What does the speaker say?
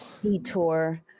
Detour